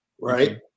right